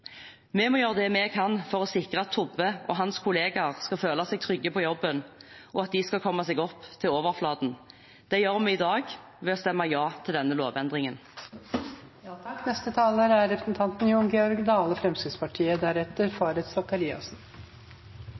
Vi må gjøre det vi kan for å sikre at Tobbe og hans kollegaer skal føle seg trygge på jobben, og at de skal komme seg opp til overflaten. Det gjør vi i dag ved å stemme ja til denne